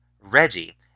Reggie